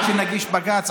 עד שנגיש בג"ץ,